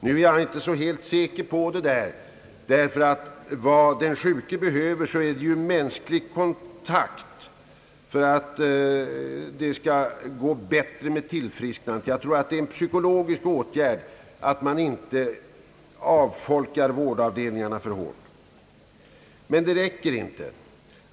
Men jag är inte så helt säker på detta. Vad den sjuke behöver är mänsklig kontakt för att tillfrisknandet skall gå snabbare. Jag tror att det är en psykologisk åtgärd att man inte avfolkar vårdavdelningarna för hårt. Men det räcker inte.